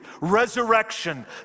resurrection